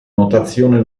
notazione